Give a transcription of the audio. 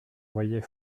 voyait